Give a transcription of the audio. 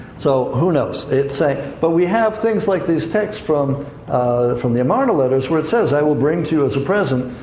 so who knows. it sank. but we have things like these texts from from the amarna letters, where it says, i will bring to you as a present,